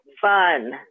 fun